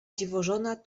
dziwożona